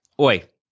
Oi